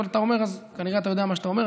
אבל אתה אומר וכנראה את יודע מה שאתה אומר.